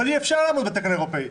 אבל אי אפשר לעמוד בתקן האירופאי,